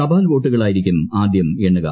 തപാൽ വോട്ടുകളായിരിക്കും ആദ്യം എണ്ണുക